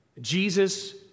Jesus